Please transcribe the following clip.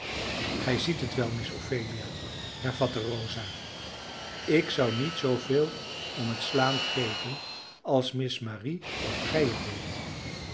gij ziet het wel miss phelia hervatte rosa ik zou niet zooveel om het slaan geven als miss marie of gij het